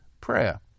prayer